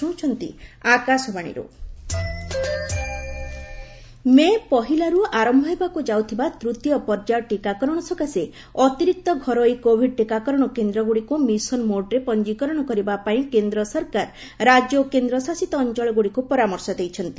ଟିକାକରଣ ମେ' ପହିଲାରୁ ଆରମ୍ଭ ହେବାକୁ ଯାଉଥିବା ତୃତୀୟ ପର୍ଯ୍ୟାୟ ଟିକାକରଣ ସକାଶେ ଅତିରିକ୍ତ ଘରୋଇ କୋଭିଡ ଟିକାକରଣ କେନ୍ଦ୍ରଗୁଡ଼ିକୁ ମିଶନ ମୋଡରେ ପଞ୍ଜିକରଣ କରିବା ପାଇଁ କେନ୍ଦ୍ର ସରକାର ରାଜ୍ୟ ଓ କେନ୍ଦ୍ରଶାସିତ ଅଞ୍ଚଳଗୁଡ଼ିକୁ ପରାମର୍ଶ ଦେଇଛନ୍ତି